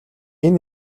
энэ